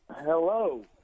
Hello